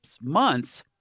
months